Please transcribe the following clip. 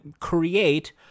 create